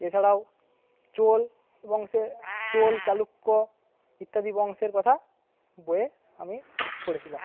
এছাড়াও চোল বংশের চোল চালুক্য ইত্যাদি বংশের কথা বইয়ে আমি পড়েছিলাম